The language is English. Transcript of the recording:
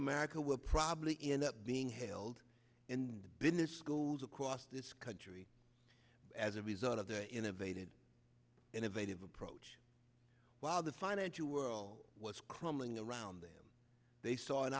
america will probably end up being held in the business schools across this country as a result of their innovated innovative approach while the financial world was crumbling around them they saw an